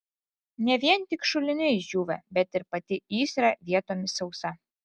ne vien tik šuliniai išdžiūvę bet ir pati įsra vietomis sausa